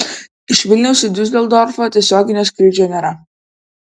iš vilniaus į diuseldorfą tiesioginio skrydžio nėra